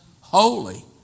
holy